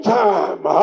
time